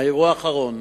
האירוע האחרון